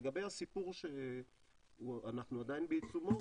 לגבי הסיפור שאנחנו עדיין בעיצומו,